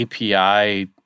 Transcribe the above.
API